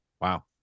wow